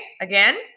again